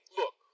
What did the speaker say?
look